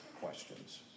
questions